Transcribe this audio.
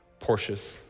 Porsches